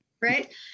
Right